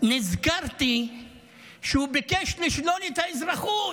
נזכרתי שהוא ביקש לשלול את האזרחות